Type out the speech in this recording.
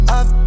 up